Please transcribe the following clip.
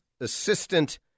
Assistant